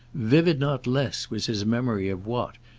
vivid not less was his memory of what,